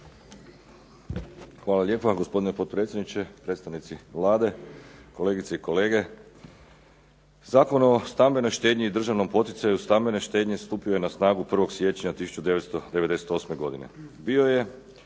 Hvala lijepa. Gospodine potpredsjedniče, predstavnici Vlade, kolegice i kolege. Zakon o stambenoj štednji i državnom poticanju stambene štednje stupio je na snagu 1. siječnja 1998. godine. Bio je